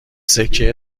سکه